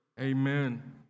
amen